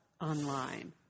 online